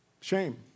shame